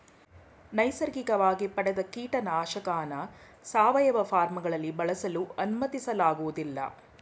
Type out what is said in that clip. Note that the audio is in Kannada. ನೈಸರ್ಗಿಕವಾಗಿ ಪಡೆದ ಕೀಟನಾಶಕನ ಸಾವಯವ ಫಾರ್ಮ್ಗಳಲ್ಲಿ ಬಳಸಲು ಅನುಮತಿಸಲಾಗೋದಿಲ್ಲ